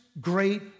great